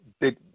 Big